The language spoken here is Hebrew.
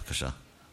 בבקשה.